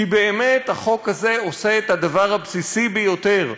כי באמת, החוק הזה עושה את הדבר הבסיסי ביותר: